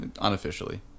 unofficially